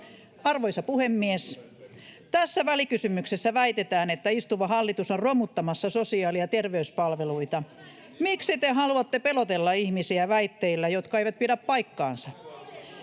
Arvoisa puhemies! Tässä välikysymyksessä väitetään, että istuva hallitus on romuttamassa sosiaali- ja terveyspalveluita. Miksi te haluatte pelotella ihmisiä väitteillä, jotka eivät pidä paikkaansa?